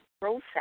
process